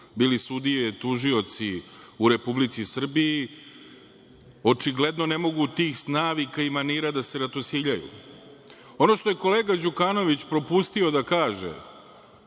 bili sudije, tužioci, u Republici Srbiji, očigledno ne mogu tih navika i manira da se ratosiljaju. Ono što je kolega Đukanović propustio da kaže,